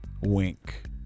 wink